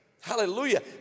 Hallelujah